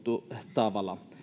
tavalla